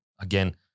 again